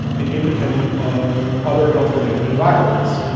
and independent of other health related environments.